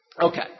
Okay